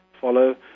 follow